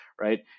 Right